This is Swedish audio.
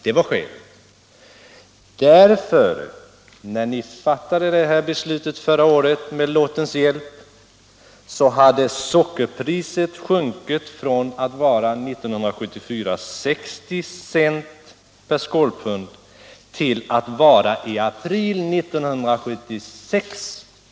Det var skälet. När ni förra året med lotten genomdrev beslutet om en sänkning, hade sockerpriset sjunkit från 60 cent per skålpund 1974 till 14 cent per skålpund 1976.